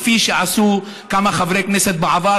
כפי שעשו כמה חברי כנסת בעבר,